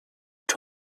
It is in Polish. czy